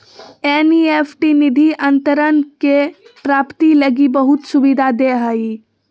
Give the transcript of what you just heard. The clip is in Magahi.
एन.ई.एफ.टी निधि अंतरण के प्राप्ति लगी बहुत सुविधा दे हइ